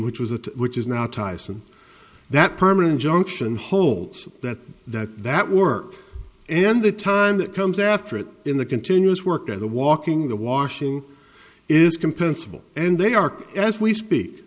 which was that which is now tyson that permanent junction holds that that that work and the time that comes after it in the continuous work or the walking the washing is compensable and they are as we speak